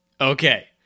Okay